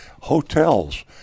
hotels